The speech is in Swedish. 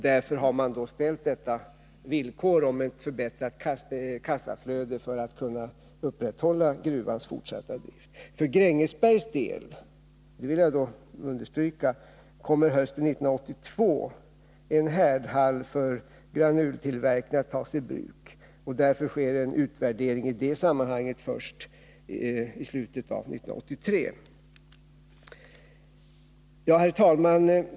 Därför har villkoren om ett förbättrat kassaflöde ställts, för att gruvans fortsatta drift skall kunna upprätthållas. För Grängesbergs del — det vill jag understryka — kommer hösten 1982 en härdhall för granultillverkning att tas i bruk. Därför sker en utvärdering i det sammanhanget först i slutet av 1983. Herr talman!